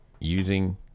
using